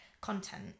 content